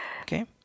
okay